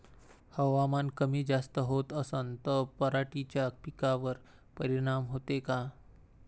हवामान कमी जास्त होत असन त पराटीच्या पिकावर परिनाम होते का?